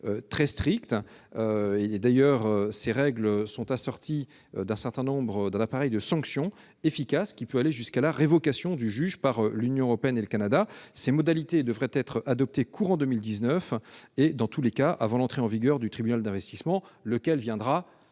très strictes, qui sont assorties d'un appareil de sanctions efficaces pouvant aller jusqu'à la révocation du juge par l'Union européenne et le Canada. Ces modalités devraient être adoptées courant 2019, dans tous les cas avant l'entrée en vigueur du tribunal d'investissement, laquelle